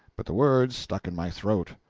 but the words stuck in my throat.